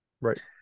Right